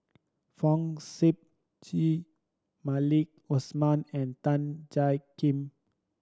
Fong Sip Chee Maliki Osman and Tan Jiak Kim